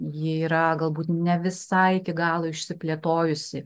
ji yra galbūt ne visai iki galo išsiplėtojusi